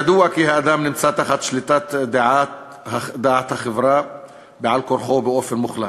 ידוע כי האדם נמצא בעל-כורחו תחת שליטת דעת החברה באופן מוחלט,